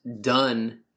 done